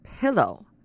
Pillow